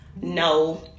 no